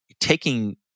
taking